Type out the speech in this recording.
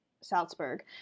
Salzburg